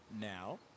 now